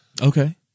Okay